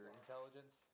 intelligence